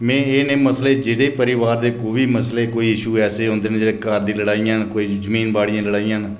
में एह नेह मसले जेहड़े परिबार दे कोई बी मसले किश इशयू ऐसे होंदे ना जियां घर दी लडाइयां ना कोई जमीन बाड़ दी लडाइयां